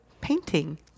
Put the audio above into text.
painting